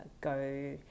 go